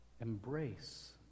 embrace